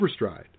overstride